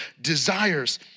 desires